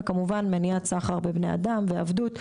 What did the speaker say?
וכמובן מניעת סחר בבני אדם ועבדות,